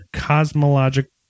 cosmological